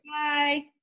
Bye